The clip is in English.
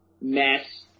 mess